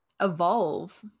evolve